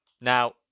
Now